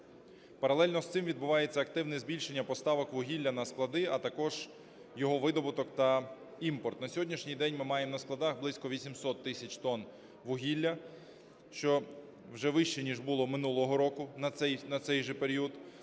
Паралельно з цим відбувається активне збільшення поставок вугілля на склади, а також його видобуток та імпорт. На сьогоднішній день ми маємо на складах близько 800 тисяч тонн вугілля, що вже вище ніж було минулого року на цей же період,